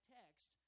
text